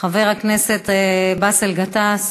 חבר הכנסת באסל גטאס